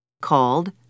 called